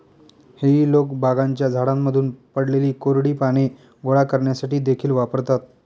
हेई लोक बागांच्या झाडांमधून पडलेली कोरडी पाने गोळा करण्यासाठी देखील वापरतात